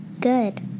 Good